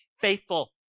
faithful